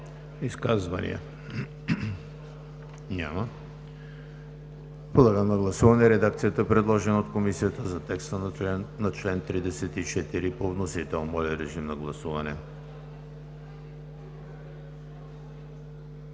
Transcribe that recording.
Изказвания? Няма. Подлагам на гласуване редакцията, предложена от Комисията за текста на чл. 34 по вносител. Гласували